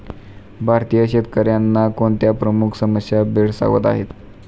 भारतीय शेतकऱ्यांना कोणत्या प्रमुख समस्या भेडसावत आहेत?